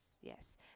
yes